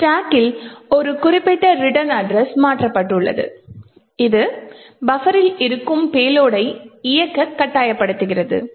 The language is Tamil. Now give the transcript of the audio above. ஸ்டாக்கில் ஒரு குறிப்பிட்ட ரிட்டர்ன் அட்ரஸ் மாற்றப்பட்டுள்ளது இது பஃபரில் இருக்கும் பேலோடை இயக்க கட்டாயப்படுத்துகிறது